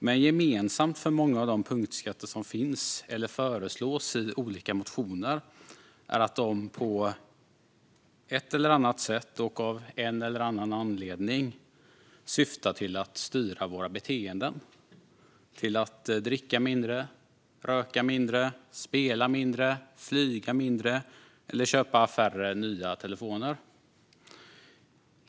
Men gemensamt för många av de punktskatter som finns eller föreslås i olika motioner är att de på ett eller annat sätt och av en eller annan anledning syftar till att styra våra beteenden mot att dricka mindre, röka mindre, spela mindre, flyga mindre eller köpa färre nya telefoner.